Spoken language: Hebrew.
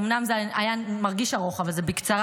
אומנם זה מרגיש ארוך אבל זה בקצרה,